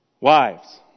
Wives